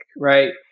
right